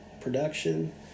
production